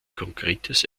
konkretes